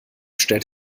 stellt